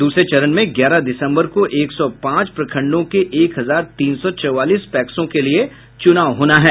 दूसरे चरण में ग्यारह दिसम्बर को एक सौ पांच प्रखंडों के एक हजार तीन सौ चौबालीस पैक्सों के लिए चुनाव होना है